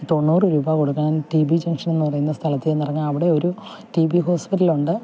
തൊണ്ണൂറ് രൂപ കൊടുക്കണം റ്റി വി ജംഗ്ഷൻ എന്നുപറയുന്ന സ്ഥലത്ത് ചെന്നിറങ്ങണം അവിടെ ഒരു റ്റി വി ഹോസ്പിറ്റൽ ഉണ്ട്